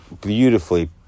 beautifully